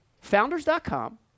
founders.com